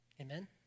Amen